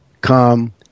come